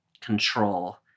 control